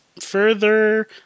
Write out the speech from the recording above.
further